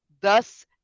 thus